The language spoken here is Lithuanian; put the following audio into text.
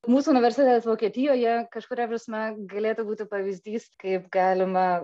mūsų universitetas vokietijoje kažkuria prasme galėtų būti pavyzdys kaip galima